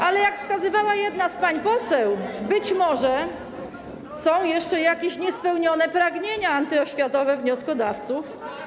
Ale jak wskazywała jedna z pań poseł, być może są jeszcze jakieś niespełnione pragnienia antyoświatowe wnioskodawców.